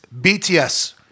BTS